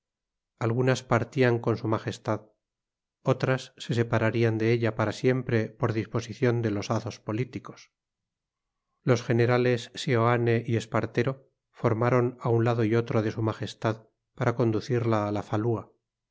algunas partían con su majestad otras se separarían de ella para siempre por disposición de los hados políticos los generales seoane y espartero formaron a un lado y otro de su majestad para conducirla a la falúa